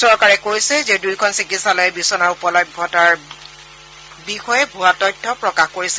চৰকাৰে কৈছে যে দুয়োখন চিকিৎসালয়ে বিচনাৰ উপলভ্যতাৰ বিষয়ে ভুৱা তথ্য প্ৰকাশ কৰিছিল